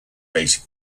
basic